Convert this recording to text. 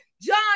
John